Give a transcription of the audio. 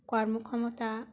কর্মক্ষমতা